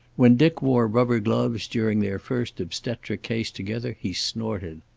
when dick wore rubber gloves during their first obstetric case together he snorted.